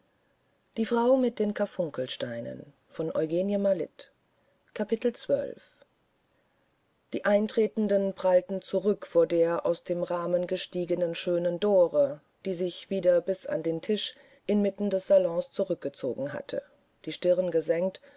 die eintretenden prallten zurück vor der aus dem rahmen gestiegenen schönen dore die sich wieder bis an den tisch inmitten des salons zurückgezogen hatte die stirn gesenkt